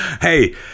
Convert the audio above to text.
hey